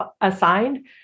assigned